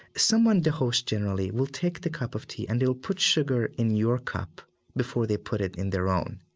someone, the host generally, will take the cup of tea and they will put sugar in your cup before they put it in their own.